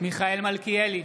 מיכאל מלכיאלי,